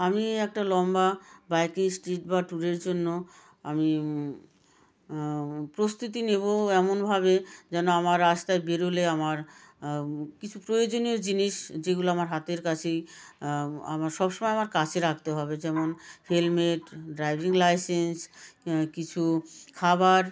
আমি একটা লম্বা বাইকিং স্ট্রিট বা ট্যুরের জন্য আমি প্রস্তুতি নেব এমনভাবে যেন আমার রাস্তায় বেরোলে আমার কিছু প্রয়োজনীয় জিনিস যেগুলো আমার হাতের কাছেই আমার সব সময় আমার কাছে রাখতে হবে যেমন হেলমেট ড্রাইভিং লাইসেন্স কিছু খাবার